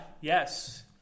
yes